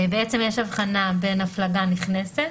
יש הבחנה בין הפלגה נכנסת,